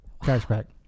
cashback